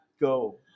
go